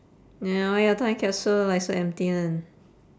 !aiyo! why your time capsule like so empty [one]